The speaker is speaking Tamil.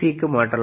க்கு மாற்றலாம்